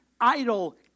idle